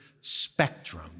spectrum